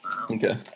okay